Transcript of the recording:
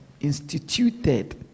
instituted